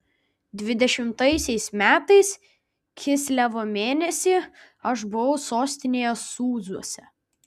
dvidešimtaisiais metais kislevo mėnesį aš buvau sostinėje sūzuose